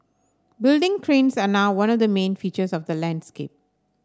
building cranes are now one of the main features of the landscape